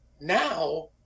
now